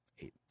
eight